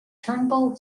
turnbull